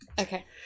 Okay